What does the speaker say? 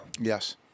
yes